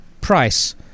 Price